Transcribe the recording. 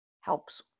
helps